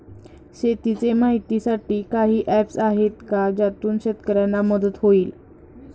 शेतीचे माहितीसाठी काही ऍप्स आहेत का ज्यातून शेतकऱ्यांना मदत होईल?